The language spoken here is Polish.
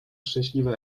szczęśliwe